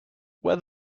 wear